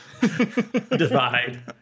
Divide